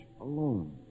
alone